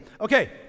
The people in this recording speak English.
Okay